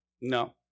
No